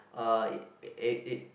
uh it it